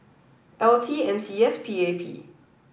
L T NCS and PAP